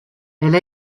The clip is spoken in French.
elle